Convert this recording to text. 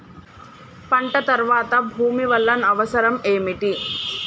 పంట తర్వాత భూమి వల్ల అవసరం ఏమిటి?